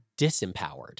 disempowered